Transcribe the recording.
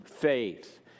faith